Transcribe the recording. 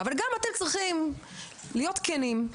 אבל גם אתם צריכים להיות כנים.